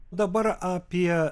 dabar apie